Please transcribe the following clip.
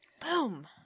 Boom